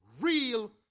real